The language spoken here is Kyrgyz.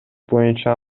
боюнча